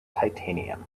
titanium